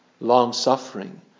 long-suffering